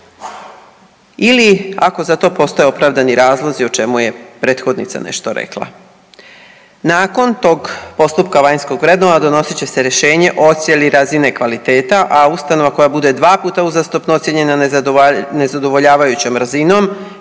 Ili ako za to postoje opravdani razlozi o čemu je prethodnica nešto rekla. Nakon tog postupka vanjskog vrednovanja donosit će se rješenje o ocjeni razine kvaliteta, a ustanova koja bude dva puta uzastopno ocijenjena nezadovoljavajućom razinom,